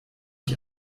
ich